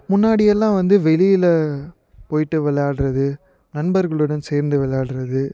முன்னாடி எல்லாம் வந்து வெளியில் போயிவிட்டு விளைாயாடுறது நண்பர்களுடன் சேர்ந்து விளையாடுறது